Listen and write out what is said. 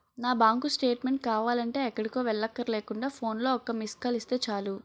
నా bank statement కావాలంటే ఎక్కడికో వెళ్ళక్కర్లేకుండా ఫోన్లో ఒక్క మిస్కాల్ ఇస్తే చాలు